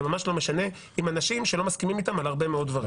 זה ממש לא משנה עם אנשים שלא מסכימים איתם על הרבה מאוד דברים.